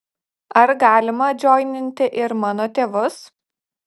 ar galima džoininti ir mano tėvus